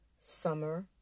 Summer